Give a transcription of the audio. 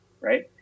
Right